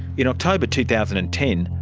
in october two thousand and ten,